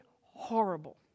horrible